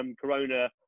Corona